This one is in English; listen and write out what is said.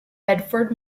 bedford